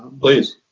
please.